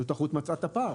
שרשות התחרות מצאה את הפער.